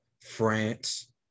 France